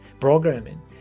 programming